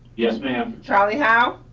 yes, ma'am. charlie howie.